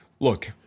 Look